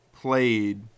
played